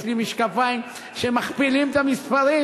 יש לי משקפיים שמכפילים את המספרים,